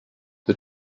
the